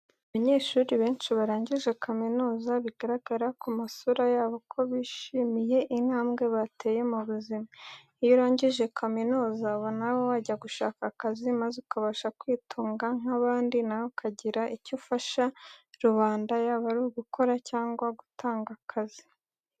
Abanyeshuri benshi barangije kaminuza, biragaragara ku masura yabo ko bishimiye intambwe bateye mu buzima. Iyo urangije kaminuza, uba nawe wajya gushaka akazi maze ukabasha kwitunga nk'abandi, nawe ukagira icyo ufasha rubanda yaba ari ugukora cg gutanga akazi.